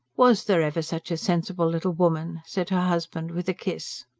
was there ever such a sensible little woman? said her husband with a kiss.